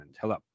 hello